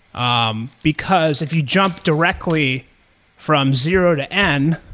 um because if you jump directly from zero to n,